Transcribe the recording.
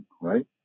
right